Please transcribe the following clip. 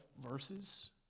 verses